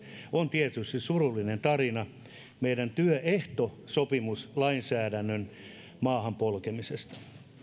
on tietysti surullinen tarina meidän työehtosopimuslainsäädäntömme maahan polkemisesta